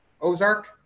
ozark